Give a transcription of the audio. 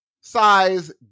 size